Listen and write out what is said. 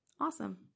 Awesome